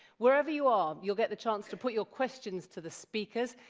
wherever you are, you'll get the chance to put your questions to the speakers.